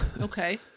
Okay